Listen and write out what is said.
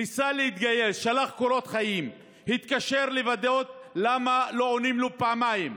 ניסה להתגייס ושלח קורות חיים והתקשר לוודא למה לא עונים לו פעמיים.